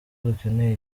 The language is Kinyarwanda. dukeneye